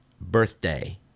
birthday